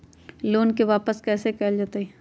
Loan के वापस कैसे कैल जतय?